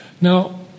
Now